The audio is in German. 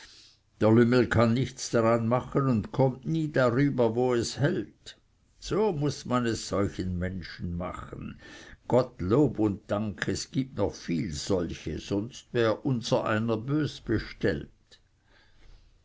der lümmel kann nichts daran machen und kommt nie darüber wo es hält so muß man es solchen menschen machen gott lob und dank es gibt noch viel solche sonst wäre unsereiner böse bestellt